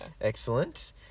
Excellent